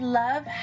love